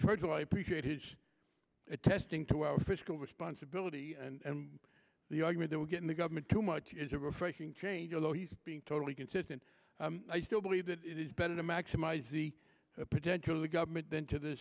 first of all i appreciate it testing to our fiscal responsibility and the argument that we're getting the government too much is a refreshing change a lot he's being totally consistent i still believe that it is better to maximize the potential of the government than to the